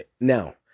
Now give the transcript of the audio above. now